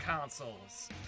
consoles